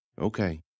Okay